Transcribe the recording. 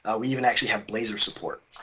ah we even actually have blazer support.